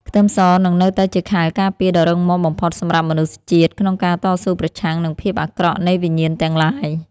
ខ្ទឹមសនឹងនៅតែជាខែលការពារដ៏រឹងមាំបំផុតសម្រាប់មនុស្សជាតិក្នុងការតស៊ូប្រឆាំងនឹងភាពអាក្រក់នៃវិញ្ញាណទាំងឡាយ។